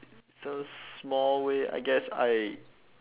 some small way I guess I